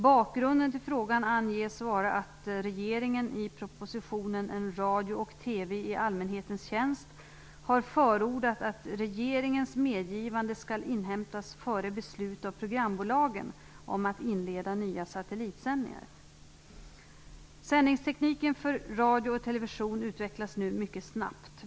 Bakgrunden till frågan anges vara att regeringen i propositionen (prop. Sändningstekniken för radio och television utvecklas nu mycket snabbt.